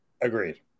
Agreed